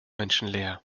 menschenleer